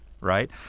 Right